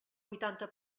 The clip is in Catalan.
huitanta